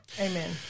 Amen